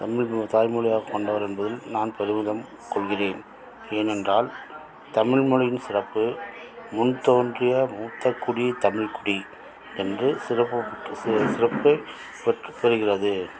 தமிழ் தாய் மொழியாக கொண்டவர் என்பதில் நான் பெருமிதம் கொள்கிறேன் ஏனென்றால் தமிழ் மொழியின் சிறப்பு முன் தோன்றிய மூத்த குடி தமிழ் குடி என்று சிறப்பு சிறப்பு பெற் பெறுகிறது